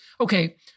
Okay